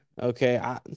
okay